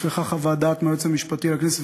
נשלחה חוות דעת מהיועץ המשפטי של הכנסת.